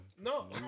No